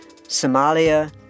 Somalia